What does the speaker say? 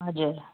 हजुर